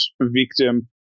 victim